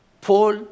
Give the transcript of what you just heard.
Paul